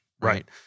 Right